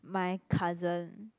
my cousin